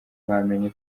bamenya